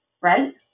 right